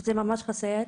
שזה ממש חסר.